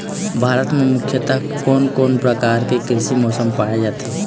भारत म मुख्यतः कोन कौन प्रकार के कृषि मौसम पाए जाथे?